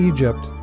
Egypt